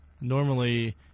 Normally